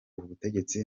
butegetsi